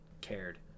cared